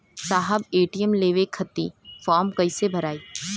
साहब ए.टी.एम लेवे खतीं फॉर्म कइसे भराई?